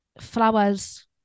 Flowers